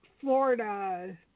Florida